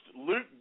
Luke